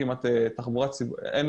כלומר, אין